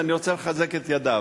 ואני רוצה לחזק את ידיו.